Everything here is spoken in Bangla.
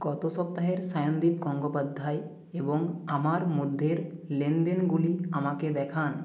গত সপ্তাহের সায়নদীপ গঙ্গোপাধ্যায় এবং আমার মধ্যের লেনদেনগুলি আমাকে দেখান